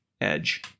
edge